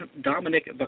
Dominic